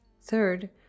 Third